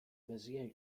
bezier